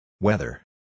Weather